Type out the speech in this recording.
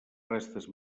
restes